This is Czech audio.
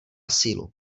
sílu